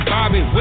Bobby